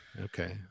okay